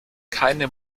keine